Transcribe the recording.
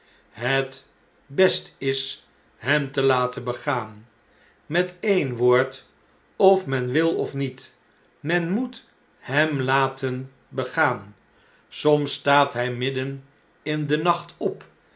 het best is hem te laten begaan met een woord of men wil of niet men moet hem laten begaan soms staat hjj midden in den nacht op